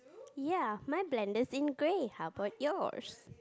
ya mine blender's in grey how about yours